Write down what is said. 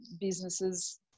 businesses